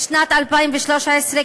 בשנת 2013,